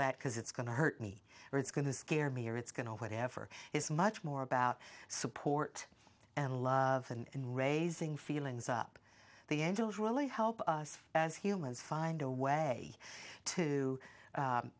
that because it's going to hurt me or it's going to scare me or it's going to whatever is much more about support and love and raising feelings up the angels really help us as humans find a way to